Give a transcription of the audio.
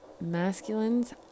masculines